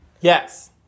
yes